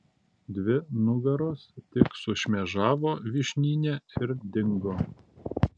dvi nugaros tik sušmėžavo vyšnyne ir dingo